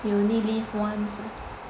you only live once